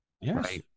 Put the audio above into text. Yes